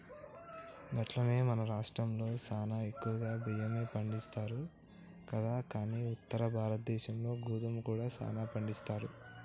గట్లనే మన రాష్ట్రంలో సానా ఎక్కువగా బియ్యమే పండిస్తారు కదా కానీ ఉత్తర భారతదేశంలో గోధుమ కూడా సానా పండిస్తారు